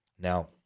now